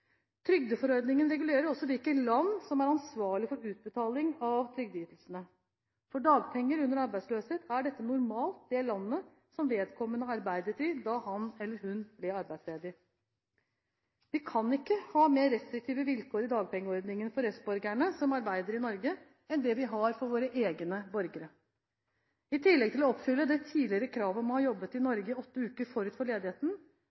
trygdeforordningen, med tilhørende gjennomføringsforordninger. Trygdeforordningen regulerer også hvilke land som er ansvarlig for utbetaling av trygdeytelsene. For dagpenger under arbeidsløshet er dette normalt det landet som vedkommende arbeidet i da han eller hun ble arbeidsledig. Vi kan ikke ha mer restriktive vilkår i dagpengeordningen for EØS-borgere som arbeider i Norge, enn det vi har for våre egne borgere. I tillegg til å oppfylle det tidligere kravet om å ha jobbet i Norge åtte uker forut for ledigheten